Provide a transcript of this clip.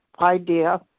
idea